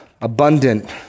abundant